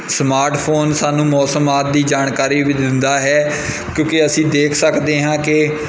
smartphone ਸਾਨੂੰ ਮੌਸਮ ਆਦਿ ਦੀ ਜਾਣਕਾਰੀ ਵੀ ਦਿੰਦਾ ਹੈ ਕਿਉਂਕਿ ਅਸੀਂ ਦੇਖ ਸਕਦੇ ਹਾਂ ਕਿ